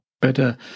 better